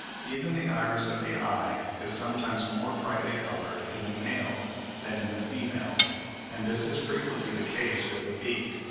even the iris of the eye is sometimes more brightly-coloured in the male than in the female and this is frequently the case with the beak,